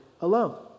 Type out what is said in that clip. alone